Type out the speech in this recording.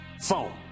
phone